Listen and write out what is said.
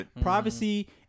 Privacy